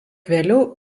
vėliau